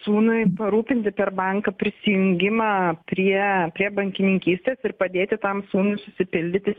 sūnui parūpinti per banką prisijungimą prie prie bankininkystės ir padėti tam sūnui susipildyti